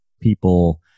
people